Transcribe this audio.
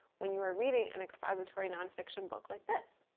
when you were reading, an expository non-fiction book like this.